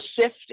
shift